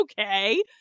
okay